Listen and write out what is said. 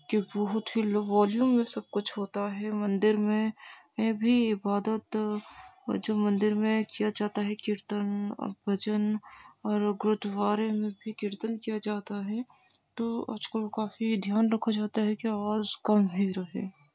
کہ بہت ہی لو والیوم میں سب کچھ ہوتا ہے مندر میں میں بھی عبادت اور جو مندر میں کیا جاتا ہے کیرتن اور بھجن اور گرودوارے میں بھی کیرتن کیا جاتا ہے تو آج کل کافی دھیان رکھا جاتا ہے کہ آواز کم ہی رہے